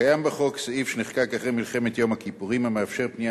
קיים בחוק סעיף שנחקק אחרי מלחמת יום הכיפורים המאפשר פנייה